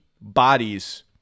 bodies